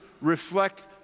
reflect